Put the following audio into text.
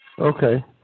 Okay